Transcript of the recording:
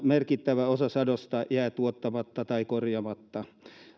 merkittävä osa sadosta jää tuottamatta tai korjaamatta